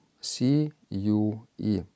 C-U-E